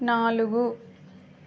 నాలుగు